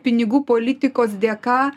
pinigų politikos dėka